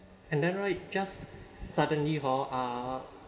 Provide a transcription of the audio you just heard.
and then right just suddenly hor uh